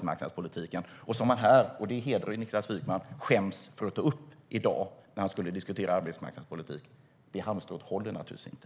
Men här i dag - och det hedrar Niklas Wykman - skämdes han för att ta upp det när han skulle diskutera arbetsmarknadspolitik. Det halmstrået håller naturligtvis inte.